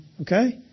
Okay